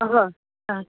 हय आं